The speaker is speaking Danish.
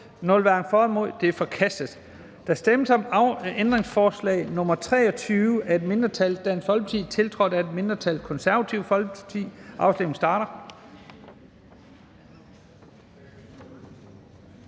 Ændringsforslaget er forkastet. Der stemmes om ændringsforslag nr. 33 af et mindretal (DF), tiltrådt af et mindretal (KF), og afstemningen starter.